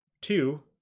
two